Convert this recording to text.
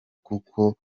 kuko